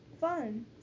Fun